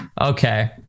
Okay